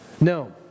No